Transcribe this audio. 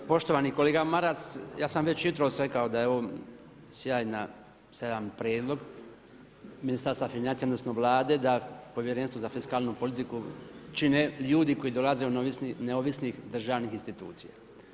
Poštovani kolega Maras, ja sam već jutros rekao da je ovo sjajan prijedlog Ministarstva financija odnosno Vlade da Povjerenstvo za fiskalnu politiku čine ljudi koji dolaze od neovisnih državnih institucija.